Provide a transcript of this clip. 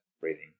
breathing